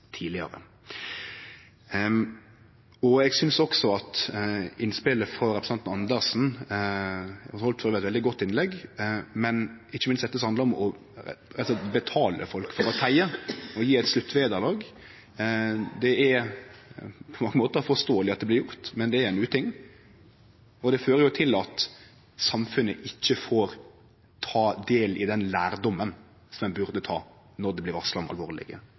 Eg synest også, til innspelet frå representanten Karin Andersen: Ho heldt eit veldig godt innlegg, ikkje minst om dette som handlar om rett og slett å betale folk for å teie og gje eit sluttvederlag. Det er på mange måtar forståeleg at det blir gjort, men det er ein uting, og det fører til at samfunnet ikkje får ta del i den lærdommen som ein burde, når det blir varsla om alvorlege